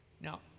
Now